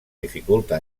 dificulta